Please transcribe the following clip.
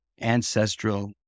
ancestral